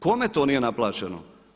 Kome to nije naplaćeno?